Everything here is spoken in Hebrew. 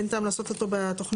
אין טעם לעשות אותו בתוכנית,